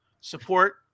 Support